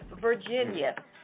Virginia